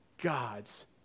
God's